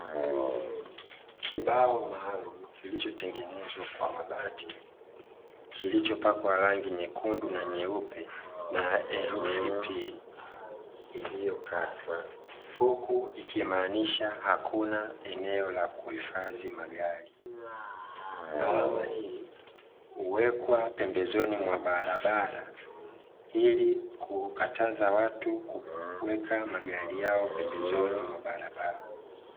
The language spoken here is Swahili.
Kibao maalumu kilichotengenezwa kwa mabati, kilichopakwa rangi nyekundu na nyeupe, na herufi " P" iliyokatwa. Huku ikimaanisha hakuna eneo la kuhifadhi magari. Alama hii huwekwa pembezoni mwa barabara, ili kukataza watu kuweka magari yao pembezoni mwa barabara.